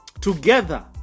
Together